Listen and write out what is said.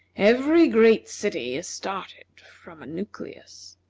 every great city is started from a nucleus.